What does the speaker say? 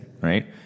right